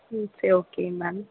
ம் சரி okay ma'am